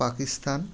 Pakistan